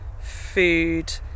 food